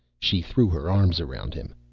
she threw her arms around him.